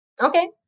Okay